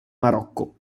marocco